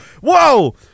Whoa